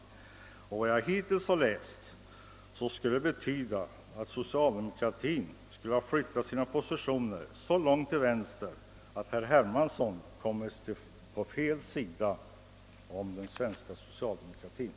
Att döma av vad jag hittills har läst skulle den svenska socialdemokratin ha flyttat sin position så långt till vänster att herr Hermansson kommer på fel sida om den.